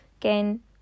Again